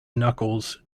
knuckles